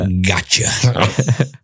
Gotcha